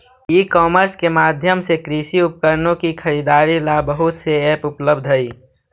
ई commerce के माध्यम से कृषि उपकरणों की खरीदारी ला बहुत से ऐप उपलब्ध हई